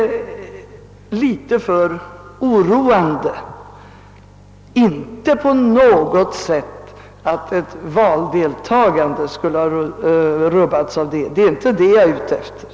Jag är inte orolig för att valdeltagandet kan ha rubbats. Det är inte den saken jag är ute efter.